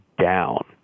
down